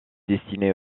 destiné